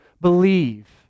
believe